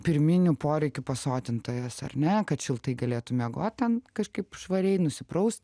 pirminių poreikių pasotintojas ar ne kad šiltai galėtų miegoti ten kažkaip švariai nusipraust